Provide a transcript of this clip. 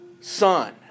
son